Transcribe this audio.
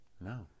No